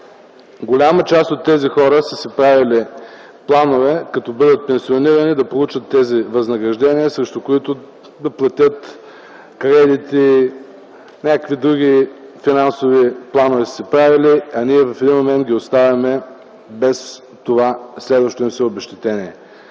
Голяма част от тези хора са си правили планове – като бъдат пенсионирани, да получат тези възнаграждения, с които да платят кредити, някакви други финансови планове са си правили, а ние в един момент ги оставяме без това следващо им се обезщетение.